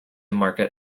market